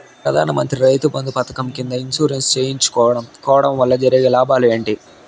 ప్రధాన మంత్రి రైతు బంధు పథకం కింద ఇన్సూరెన్సు చేయించుకోవడం కోవడం వల్ల కలిగే లాభాలు ఏంటి?